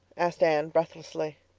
asked anne breathlessly.